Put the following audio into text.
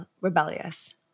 rebellious